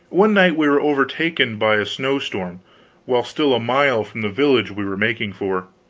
one night we were overtaken by a snow-storm while still a mile from the village we were making for.